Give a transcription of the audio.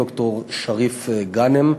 ד"ר שריף גאנם,